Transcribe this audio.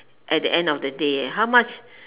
at the end of the day how much